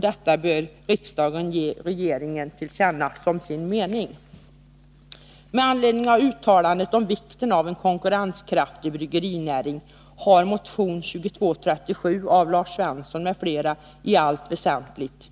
Detta bör riksdagen som sin mening ge regeringen till känna.